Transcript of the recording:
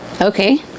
Okay